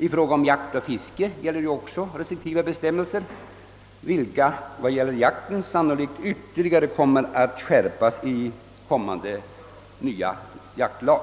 I fråga om jakt och fiske gäller också mycket restriktiva bestämmelser, vilka beträffande jakten sannolikt ytterligare kommer att skärpas i kommande ny jaktlag.